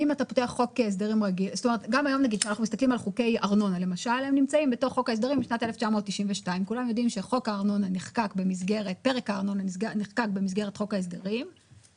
יש לזקוף שווי בגין כל הנסיעות למעט נסיעות שהן נסיעות עבודה כמו קודם.